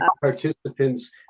participants